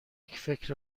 فکر